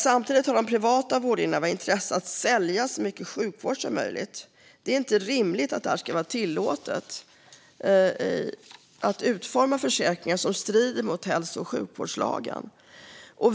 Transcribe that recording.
Samtidigt har de privata vårdgivarna intresse av att sälja så mycket sjukvård som möjligt. Det är inte rimligt att det ska vara tillåtet att utforma försäkringar som strider mot hälso och sjukvårdslagen.